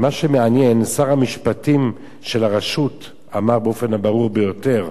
מה שמעניין הוא ששר המשפטים של הרשות אמר באופן הברור ביותר: